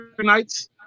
nights